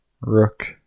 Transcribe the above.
Rook